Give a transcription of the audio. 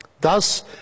Thus